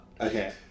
Okay